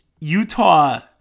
Utah